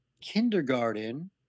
kindergarten